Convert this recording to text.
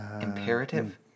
Imperative